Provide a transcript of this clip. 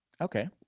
okay